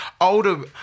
older